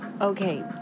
Okay